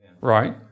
right